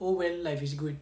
oh when life is good